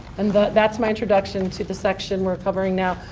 and that's my introduction to the section we're covering now,